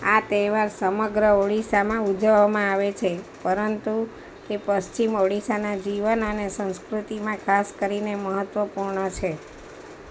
આ તહેવાર સમગ્ર ઓડિશામાં ઊજવવામાં આવે છે પરંતુ તે પશ્ચિમ ઓડિશાના જીવન અને સંસ્કૃતિમાં ખાસ કરીને મહત્ત્વપૂર્ણ છે